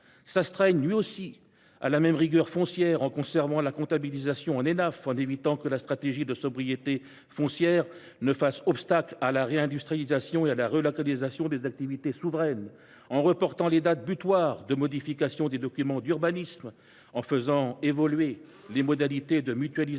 s’astreigne lui aussi à la même rigueur foncière, en conservant la comptabilisation en Enaf, en évitant que la stratégie de sobriété foncière ne fasse obstacle à la réindustrialisation et à la relocalisation des activités souveraines, en reportant les dates butoirs de modification des documents d’urbanisme, en faisant évoluer les modalités de mutualisation